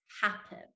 happen